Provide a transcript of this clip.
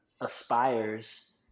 aspires